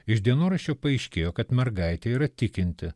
iš dienoraščių paaiškėjo kad mergaitė yra tikinti